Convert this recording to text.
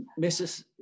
Mrs